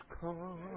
come